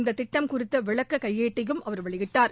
இந்த திட்டம் குறித்த விளக்க கையேட்டையும் அவர் வெளியிட்டார்